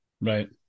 Right